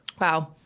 Wow